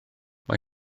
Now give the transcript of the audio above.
mae